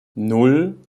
nan